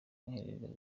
mwiherero